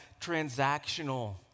transactional